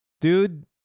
Dude